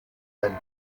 bände